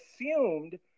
assumed